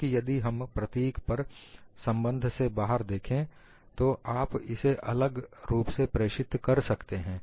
क्योंकि यदि हम प्रतीक पर संबंध से बाहर देखें आप इसे अलग रूप से प्रेषित कर सकते हैं